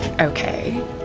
Okay